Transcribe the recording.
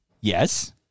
Yes